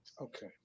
Okay